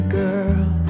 girl